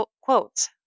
quotes